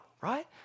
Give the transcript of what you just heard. right